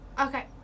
Okay